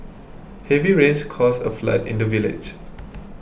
heavy rains caused a flood in the village